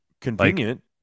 convenient